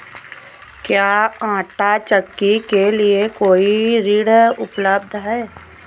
क्या आंटा चक्की के लिए कोई ऋण उपलब्ध है?